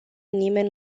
nimeni